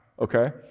okay